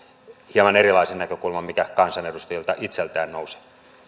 hieman erilaisen näkökulman kuin mikä kansanedustajilta itseltään nousee